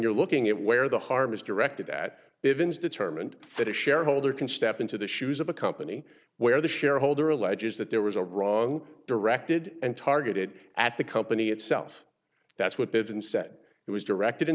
you're looking at where the harm is directed at ivins determined that a shareholder can step into the shoes of a company where the shareholder alleges that there was a wrong directed and targeted at the company itself that's what they haven't said it was directed in